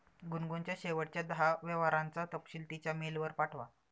गुनगुनच्या शेवटच्या दहा व्यवहारांचा तपशील तिच्या मेलवर पाठवा